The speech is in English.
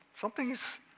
Something's